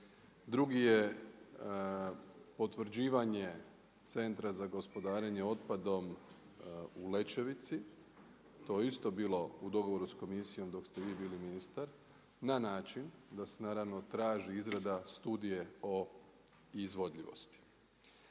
Drugi je potvrđivanje Centra za gospodarenje otpadom u Lećevici. To je isto bilo u dogovoru da Komisijom dok ste vi bili ministar na način da se naravno traži izrada Studije o izvodljivosti.